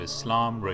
Islam